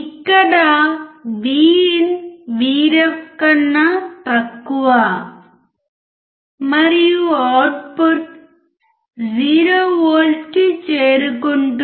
ఇక్కడ VIN VREF కన్నా తక్కువ మరియు అవుట్పుట్ 0V కి చేరుకుంటుంది